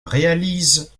réalise